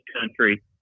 country